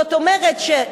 זאת אומרת שהתעללות,